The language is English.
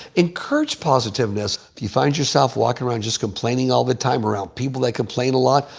encourage positiveness. if you find yourself walking around just complaining all the time, around people that complain a lot,